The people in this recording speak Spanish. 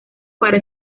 para